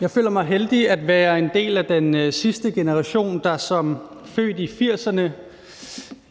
Jeg føler mig heldig at være en del af den sidste generation, hvor jeg som født i 80'erne